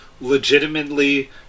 legitimately